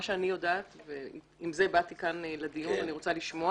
מה שאני יודעת ועם זה באתי לכאן לדיון ואני רוצה לשמוע